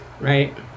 right